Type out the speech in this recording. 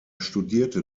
studierte